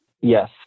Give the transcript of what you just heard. yes